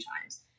times